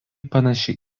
panaši